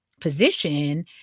position